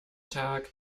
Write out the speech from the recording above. tag